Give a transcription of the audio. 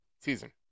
season